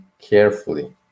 carefully